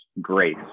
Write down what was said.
grace